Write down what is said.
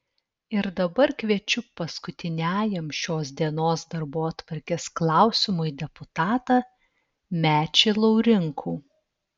ir dabar kviečiu paskutiniajam šios dienos darbotvarkės klausimui deputatą mečį laurinkų